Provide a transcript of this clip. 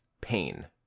pain